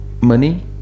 money